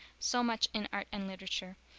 so much in art and literature,